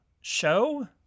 show